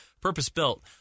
purpose-built